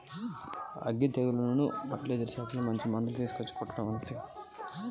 అగ్గి తెగులు ఏ విధంగా పోగొట్టాలి?